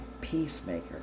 peacemaker